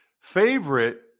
Favorite